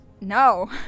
No